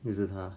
又是他